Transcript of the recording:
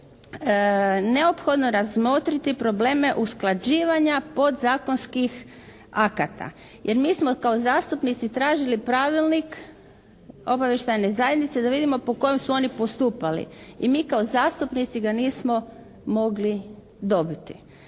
neophodno razmotriti probleme usklađivanja podzakonskih akata jer mi smo kao zastupnici tražili pravilnik obavještajne zajednice da vidimo po kojem su oni postupali i mi kao zastupnici ga nismo mogli dobiti.